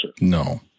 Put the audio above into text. No